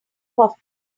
coffee